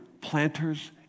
planters